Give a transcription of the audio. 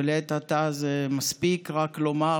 ולעת עתה מספיק לומר